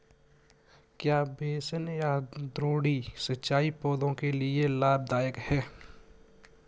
क्या बेसिन या द्रोणी सिंचाई पौधों के लिए लाभदायक है?